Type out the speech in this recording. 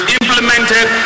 implemented